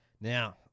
Now